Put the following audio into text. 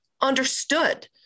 understood